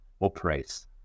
operates